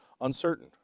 uncertain